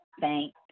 thank